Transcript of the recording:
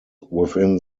within